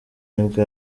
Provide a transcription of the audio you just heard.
nibwo